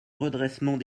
redressement